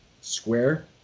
square